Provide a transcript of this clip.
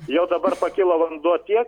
jau dabar pakilo vanduo tiek